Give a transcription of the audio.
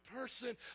person